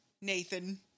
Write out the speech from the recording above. Nathan